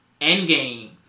endgame